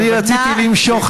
אני חייב.